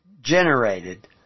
generated